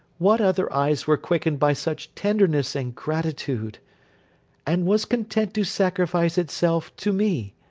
what other eyes were quickened by such tenderness and gratitude and was content to sacrifice itself to me.